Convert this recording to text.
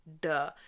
Duh